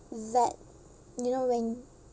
that you know when